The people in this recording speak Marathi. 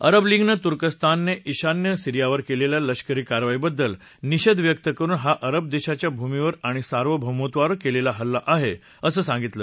अरब लिगने तुर्कस्तानने ईशान्य सिरीयावर केलेल्या लष्करी कारवाईबद्दल निषेध व्यक्त करुन हा अरब देशाच्या भुमीवर आणि सार्वभौमत्वावर केलेला हल्ला आहे असं सांगितलं